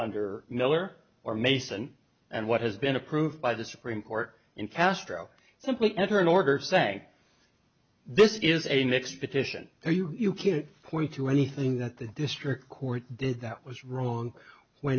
under miller or mason and what has been approved by the supreme court in castro simply enter an order say this is a mixed petition so you can point to anything that the district court did that was wrong w